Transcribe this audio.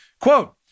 Quote